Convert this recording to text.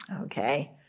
Okay